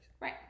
Right